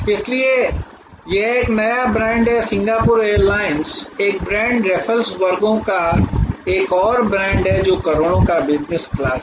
इसलिए यह एक नया ब्रांड है सिंगापुर एयरलाइंस एक ब्रांड रैफल्स वर्गों का एक और ब्रांड है जो करोड़ों के बिजनेस क्लास हैं